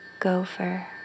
gopher